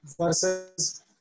versus